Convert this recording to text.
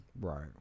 Right